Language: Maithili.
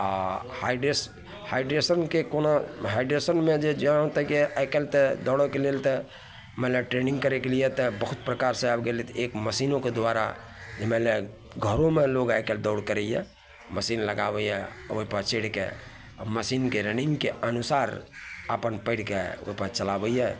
आओर हाइडेस हाइड्रेशनके कोना हाइड्रेशनमे जे जान तक के आइकाल्हि तऽ दौड़ैके लेल तऽ मानि लिअऽ ट्रेनिन्ग करैके लिए तऽ बहुत प्रकारसे आबि गेलै एक मशीनोके द्वारा मानि ले घरोमे लोक आइकाल्हि दौड़ करैए मशीन लगाबैए आओर ओहिपर चढ़िके आओर मशीनके रनिन्गके अनुसार अपन पाएरकेँ ओहिपर चलाबैए